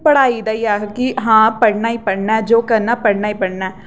पढ़ाई दा हा कि हां पढ़ना गै पढ़ना जो करना पढ़ना गै पढ़ना ऐ